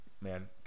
man